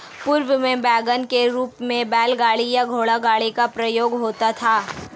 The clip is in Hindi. पूर्व में वैगन के रूप में बैलगाड़ी या घोड़ागाड़ी का प्रयोग होता था